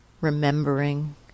remembering